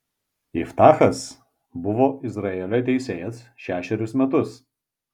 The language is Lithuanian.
iftachas buvo izraelio teisėjas šešerius metus